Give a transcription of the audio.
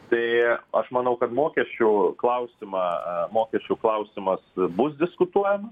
tai aš manau kad mokesčių klausimą mokesčių klausimas bus diskutuojant